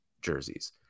jerseys